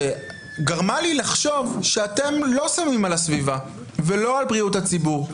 שגרמה לי לחשוב שאתם לא שמים על הסביבה ולא על בריאות הציבור.